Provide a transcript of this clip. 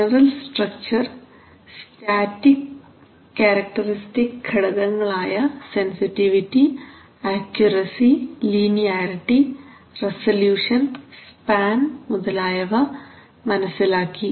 general structure static characteristics ഘടകങ്ങൾ ആയ sensitivity accuracy linearity resolution span മുതലായവ മനസ്സിലാക്കി